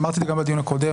אמרתי גם בדיון הקודם,